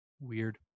Weird